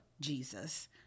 Jesus